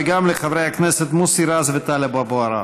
וגם לחברי הכנסת מוסי רז וטלב אבו עראר.